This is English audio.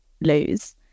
lose